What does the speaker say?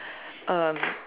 um